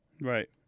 Right